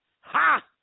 Ha